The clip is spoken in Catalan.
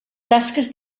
tasques